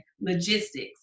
logistics